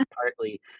partly